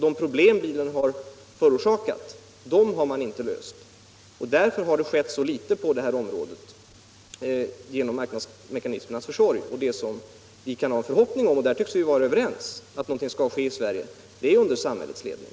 De problem som bilen förorsakat har de privata företagen inte sökt lösa. Därför har det skett så litet på detta område genom marknadsmekanismernas försorg. Vad vi kan hoppas när det gäller utvecklingen i Sverige —- och därom tycks vi vara överens — är att den skall äga rum under samhällets ledning.